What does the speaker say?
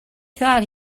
thought